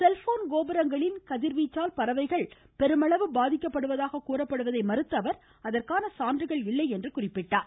cellphone கோபுரங்களில் கதிர்வீச்சால் பறவைகள் பெருமளவு பாதிக்கப்படுவதாக கூறப்படுவதை மறுத்த அவர் அதற்கான சான்றுகள் இல்லை என்று குறிப்பிட்டார்